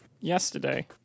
yesterday